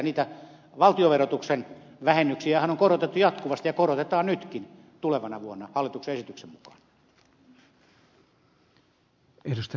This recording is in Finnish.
niitä valtionverotuksen vähennyksiähän on korotettu jatkuvasti ja korotetaan nytkin tulevana vuonna hallituksen esityksen mukaan